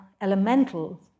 elemental